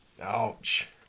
Ouch